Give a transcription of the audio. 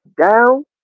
down